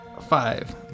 five